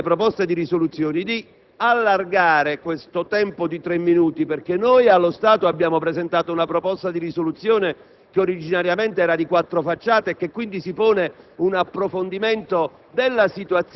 depositate, le chiedo, Presidente, di aumentare questo tempo di tre minuti perché allo stato abbiamo presentato una proposta di risoluzione, che originariamente era di quattro facciate e quindi si pone un approfondimento